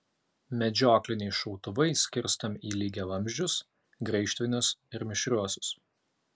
medžiokliniai šautuvai skirstomi į lygiavamzdžius graižtvinius ir mišriuosius